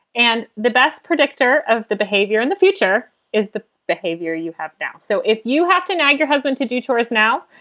and the best predictor of the behavior in the future is the behavior you have now. so if you have to nag your husband to do chores now,